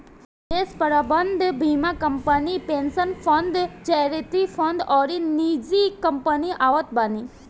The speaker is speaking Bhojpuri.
निवेश प्रबंधन बीमा company, pension fund, charity fund अउरी निजी कंपनी आवत बानी